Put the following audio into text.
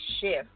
shift